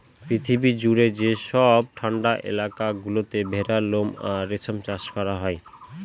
পৃথিবী জুড়ে যেসব ঠান্ডা এলাকা গুলোতে ভেড়ার লোম আর রেশম চাষ করা হয়